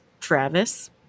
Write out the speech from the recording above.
Travis